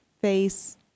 face